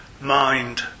mind